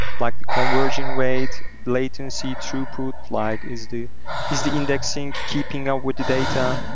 like the conversion rate, latency, throughput. like is the is the indexing keeping up with the data,